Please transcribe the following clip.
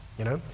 you know?